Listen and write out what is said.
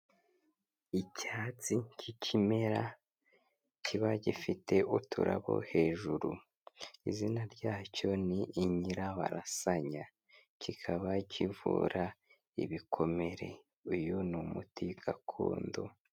Icyatsi k'ikimera kiba gifite uturabo hejuru, izina ryacyo ni inyirabarasanya, kikaba kivura ibikomere, uyu ni umuti gakondo.